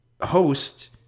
host